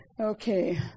Okay